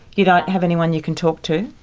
you don't have anyone you can talk to?